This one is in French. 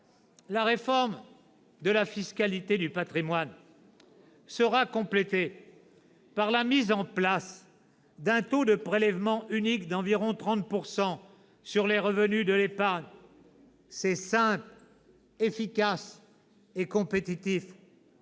La réforme de la fiscalité du patrimoine sera complétée par la mise en place d'un taux de prélèvement unique d'environ 30 % sur les revenus de l'épargne. C'est simple, efficace et compétitif.